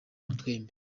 twembi